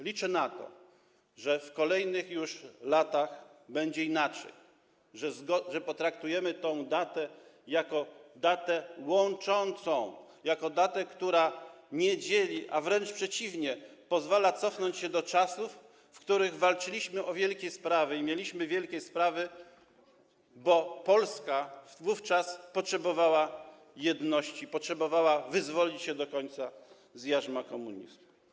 Liczę na to, że w kolejnych latach będzie inaczej że potraktujemy tą datę jako datę łączącą, datę, która nie dzieli, a wręcz przeciwnie, pozwala cofnąć się do czasów, w których walczyliśmy o wielkie sprawy i mieliśmy wielkie sprawy, bo Polska wówczas potrzebowała jedności, potrzebowała wyzwolić się do końca z jarzma komunizmu.